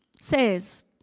says